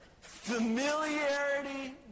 Familiarity